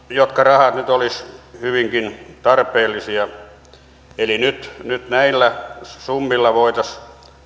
jotka rahat nyt olisivat hyvinkin tarpeellisia eli nyt näillä summilla voitaisiin